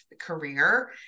career